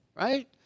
right